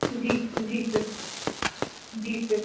ਜੀ ਜੀ ਸਰ ਜੀ ਸਰ